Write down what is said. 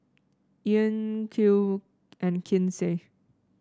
Ean Clell and Kinsey